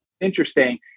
interesting